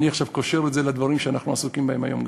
עכשיו אני קושר את זה לדברים שאנחנו עסוקים בהם היום,